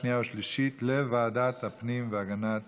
התשע"ח 2018, לוועדת הפנים והגנת